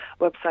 website